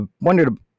wondered